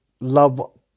love